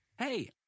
Hey